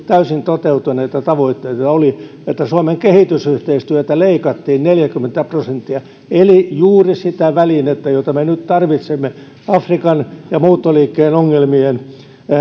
täysin toteutuneita tavoitteita että suomen kehitysyhteistyötä leikattiin neljäkymmentä prosenttia eli juuri sitä välinettä jota me nyt tarvitsemme afrikan ja muuttoliikkeen ongelmien